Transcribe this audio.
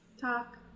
Talk